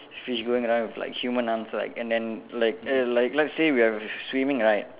fish going around with like human arms like and then like err like let's say we are swimming right